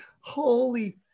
holy